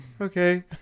Okay